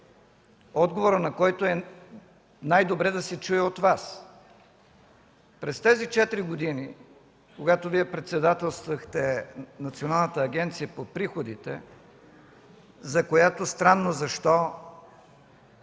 отговорът на който е най добре да се чуе от Вас. През тези четири години, когато Вие председателствахте Националната агенция за приходите, за която странно защо